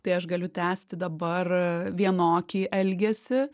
tai aš galiu tęsti dabar vienokį elgesį